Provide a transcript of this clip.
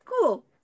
cool